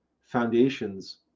foundations